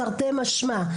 תרתי משמע,